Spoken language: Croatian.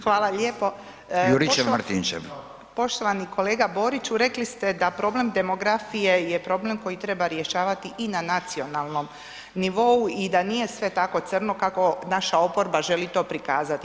Hvala lijepo [[Upadica Radin: Juričev-Martinčev.]] Poštovani kolega Boriću, rekli ste da problem demografije je problem koji treba rješavati i na nacionalnom nivou i da nije sve tako crno kako naša oporba želi to prikazati.